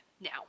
now